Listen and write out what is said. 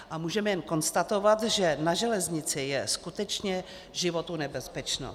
A můžeme jen konstatovat, že na železnici je skutečně životu nebezpečno.